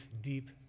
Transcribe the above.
deep